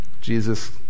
Jesus